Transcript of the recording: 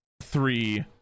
three